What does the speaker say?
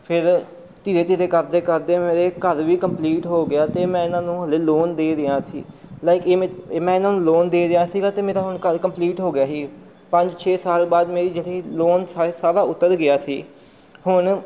ਫਿਰ ਧੀਰੇ ਧੀਰੇ ਕਰਦੇ ਕਰਦੇ ਮੇਰੇ ਘਰ ਵੀ ਕੰਪਲੀਟ ਹੋ ਗਿਆ ਅਤੇ ਮੈਂ ਇਹਨਾਂ ਨੂੰ ਹਲੇ ਲੋਨ ਦੇ ਰਿਹਾ ਸੀ ਲਾਈਕ ਇਹ ਮੇ ਮੈਂ ਇਹਨਾਂ ਨੂੰ ਲੋਨ ਦੇ ਰਿਹਾ ਸੀਗਾ ਅਤੇ ਮੇਰਾ ਹੁਣ ਘਰ ਕੰਪਲੀਟ ਹੋ ਗਿਆ ਸੀ ਪੰਜ ਛੇ ਸਾਲ ਬਾਅਦ ਮੇਰੀ ਜਿਹੜੀ ਲੋਨ ਸਾਰਾ ਸਾਰਾ ਉਤਰ ਗਿਆ ਸੀ ਹੁਣ